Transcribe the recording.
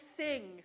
sing